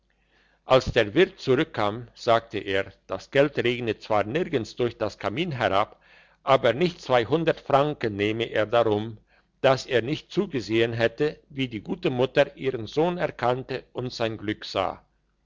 als der wirt zurückkam sagte er das geld regne zwar nirgends durch das kamin herab aber nicht zweihundert franken nähme er darum dass er nicht zugesehen hätte wie die gute mutter ihren sohn erkannte und sein glück sah